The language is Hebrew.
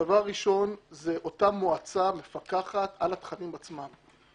הדבר הראשון זה אותה מועצה מפקחת על התכנים עצמם.